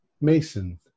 Mason